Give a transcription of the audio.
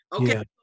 Okay